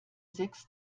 sechs